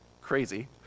Crazy